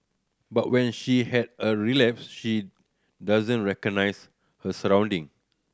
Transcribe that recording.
but when she has a relapse she doesn't recognise her surrounding